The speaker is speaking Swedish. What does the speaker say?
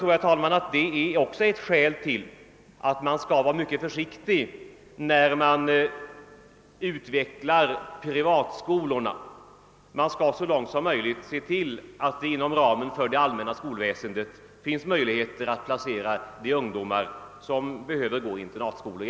Men jag tror att även det är ett skäl för att man bör vara försiktig när man utvecklar privatskolorna; man skall så långt det är möjligt se till att man inom ramen för det allmänna skolväsendet kan placera de ungdomar som behöver gå i internatskola.